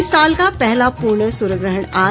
इस साल का पहला पूर्ण सूर्यग्रहण आज